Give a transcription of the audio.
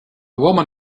woman